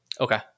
Okay